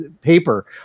paper